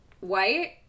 white